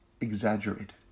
exaggerated